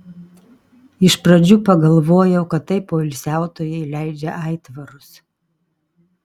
iš pradžių pagalvojau kad tai poilsiautojai leidžia aitvarus